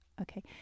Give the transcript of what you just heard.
Okay